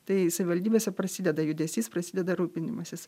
tai savivaldybėse prasideda judesys prasideda rūpinimasis